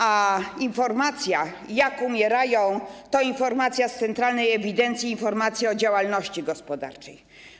A informacja, jak umierają, to informacja z Centralnej Ewidencji Informacji o Działalności Gospodarczej.